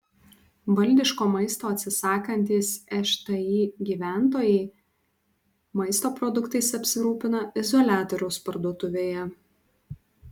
valdiško maisto atsisakantys šti gyventojai maisto produktais apsirūpina izoliatoriaus parduotuvėje